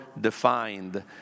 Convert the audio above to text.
defined